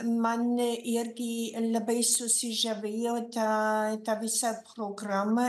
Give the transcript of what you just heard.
mane irgi labai susižavėjo tą ta visa programa